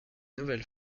nouvelle